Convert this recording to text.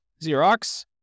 Xerox